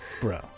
Bro